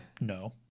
No